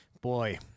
boy